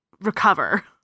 recover